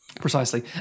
Precisely